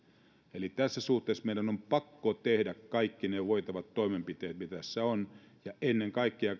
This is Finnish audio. eli tässä suhteessa meidän on pakko tehdä kaikki ne voitavat toimenpiteet mitä tässä on ja ennen kaikkea